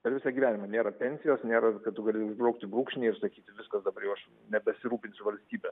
per visą gyvenimą nėra pensijos nėra kad tu gali užbraukti brūkšnį ir sakyti viskas dabar jau aš nebesirūpinsiu valstybe